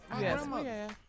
Yes